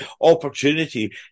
opportunity